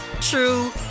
true